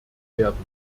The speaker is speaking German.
werden